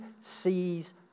sees